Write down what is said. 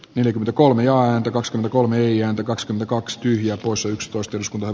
neljäkymmentäkolme ja häntä kaks kolme ian kaks kaks tyhjä tuossa ykstoisti uskovan